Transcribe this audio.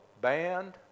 band